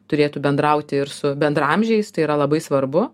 turėtų bendrauti ir su bendraamžiais tai yra labai svarbu